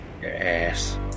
Yes